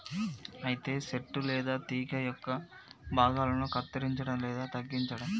అయితే సెట్టు లేదా తీగ యొక్క భాగాలను కత్తిరంచడం లేదా తగ్గించడం